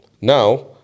now